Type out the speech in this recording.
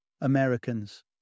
Americans